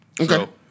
Okay